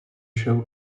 show